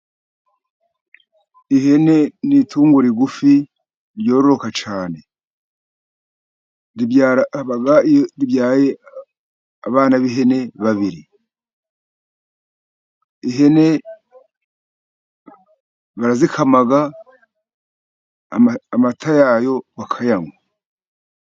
Ihene ni itungo rigufi ryororoka cyane. Ribyara abana . Iyo ribyaye ,abana b'ihene babiri .Ihene barazikama , amata yayo bakayanywa.